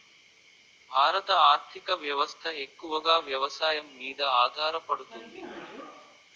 భారత ఆర్థిక వ్యవస్థ ఎక్కువగా వ్యవసాయం మీద ఆధారపడుతుంది